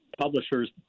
publishers